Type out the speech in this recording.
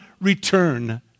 return